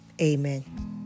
amen